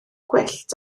gwyllt